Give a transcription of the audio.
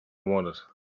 wanted